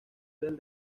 del